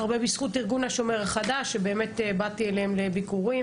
הרבה בזכות ארגון השומר החדש שבאתי אליהם לביקורים